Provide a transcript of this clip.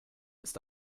ist